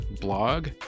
blog